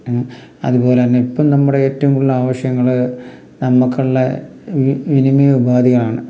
അതുപോലെ തന്നെ ഇപ്പം നമ്മുടെ ഏറ്റവും കൂടുതൽ ആവശ്യങ്ങൾ നമ്മൾക്കുള്ള വിനിമയ ഉപാധികളാണ്